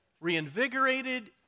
reinvigorated